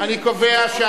להעביר את